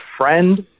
friend